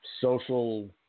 social